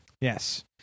Yes